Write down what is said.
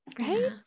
right